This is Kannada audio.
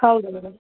ಹೌದು ಮೇಡಮ್